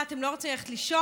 מה, אתם לא רוצים ללכת לישון?